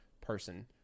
person